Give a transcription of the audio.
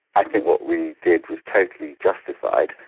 i think what we did is totally justified.